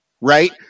right